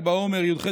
ההזדמנות